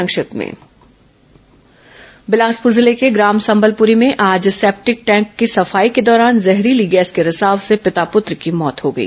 संक्षिप्त समाचार बिलासपुर जिले के ग्राम सम्बलपुरी में आज सेप्टिंक टैंक की सफाई के दौरान जहरीली गैस के रिसाव से पिता पुत्र की मौत हो गई